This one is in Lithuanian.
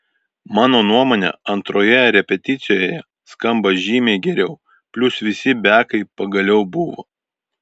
mano nuomone antroje repeticijoje skamba žymiai geriau plius visi bekai pagaliau buvo